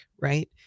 right